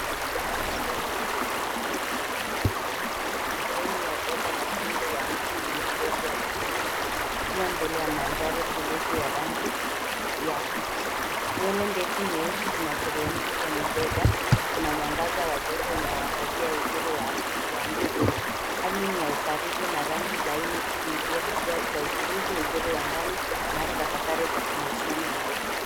Taswira hii inaelezea ukaribu na utulivu sehemu ya bega na shingo ya mtu mwenye ngozi ya kahawia ikiwa mbele ya mandhari tulivu ya rangi ya pichi. Nywele ndefu nyeusi zinateremka kwenye bega na kuna mwangaza wa joto unaoangazia uzuri wa asili wa mtu huyo. Hali ni ya ukaribu na rangi laini huibua hisia za utulivu, uzuri wa ndani na hata tafakari za kimahusiano ya utu.